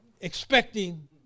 expecting